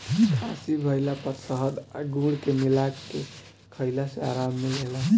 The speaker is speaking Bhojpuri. खासी भइला पर शहद आ गुड़ के मिला के खईला से आराम मिलेला